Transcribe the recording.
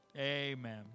Amen